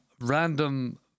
random